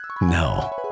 No